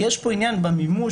יש פה עניין במימוש,